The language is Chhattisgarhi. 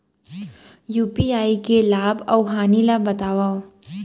यू.पी.आई के लाभ अऊ हानि ला बतावव